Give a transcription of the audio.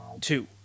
two